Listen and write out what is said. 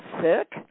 sick